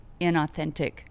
inauthentic